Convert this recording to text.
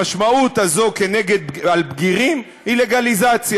המשמעות של זה על בגירים היא לגליזציה.